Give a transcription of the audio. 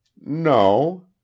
No